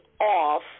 off